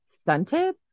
stunted